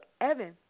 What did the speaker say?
Evan